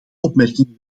opmerkingen